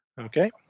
Okay